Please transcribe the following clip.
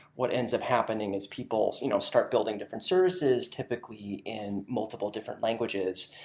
what ends up happening is people you know start building different services, typically, in multiple different languages.